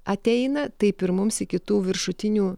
ateina taip ir mums iki tų viršutinių